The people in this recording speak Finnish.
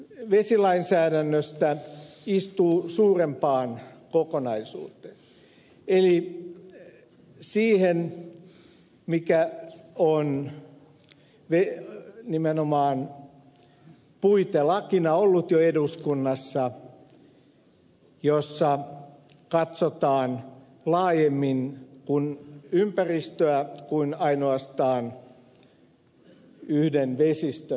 tämä esitys vesilainsäädännöstä istuu suurempaan kokonaisuuteen eli siihen mikä on nimenomaan puitelakina ollut jo eduskunnassa missä katsotaan laajemmin ympäristöä kuin ainoastaan yhden vesistön näkökulmasta